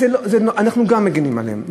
אנחנו גם מגינים עליהם.